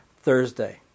Thursday